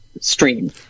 stream